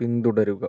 പിന്തുടരുക